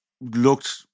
looked